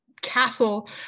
castle